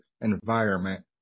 environment